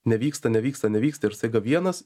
nevyksta nevyksta nevyksta ir staiga vienas